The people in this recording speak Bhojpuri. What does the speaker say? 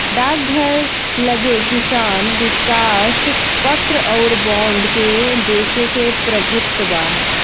डाकघर लगे किसान विकास पत्र अउर बांड के बेचे के प्रभुत्व बा